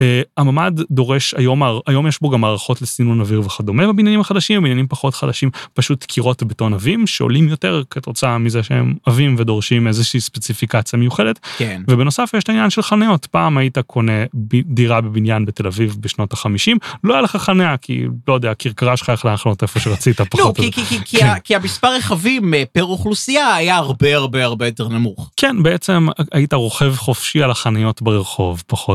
הממ"ד דורש היום היום יש בו גם מערכות לסינון אוויר וכדומה בניינים החדשים בניינים פחות חדשים פשוט קירות בטון עבים שעולים יותר כתוצאה מזה שהם עבים ודורשים איזושהי ספציפיקציה מיוחדת. בנוסף יש עניין של חניות פעם היית קונה דירה בבניין בתל אביב בשנות ה-50 לא היה לך חניה כי לא יודע, הכרכרה שלך יכלה לחנות איפה שרצית פחות או יותר. כי המספר רכבים פר אוכלוסייה היה הרבה הרבה הרבה יותר נמוך כן בעצם היית רוכב חופשי על החניות ברחוב, פחות..